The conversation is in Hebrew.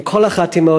עם כל החתימות,